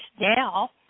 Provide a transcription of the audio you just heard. now